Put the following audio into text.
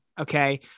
Okay